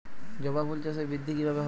জবা ফুল চাষে বৃদ্ধি কিভাবে হবে?